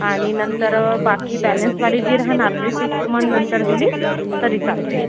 आणि नंतर बाकी बॅलेन्सवाली जी राहणार ते सिक्स मंथनंतर दिली तरी चालते